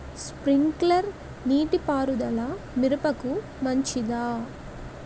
Sprinkler నీటిపారుదల మిరపకు మంచిదా?